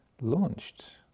launched